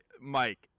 Mike